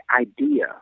idea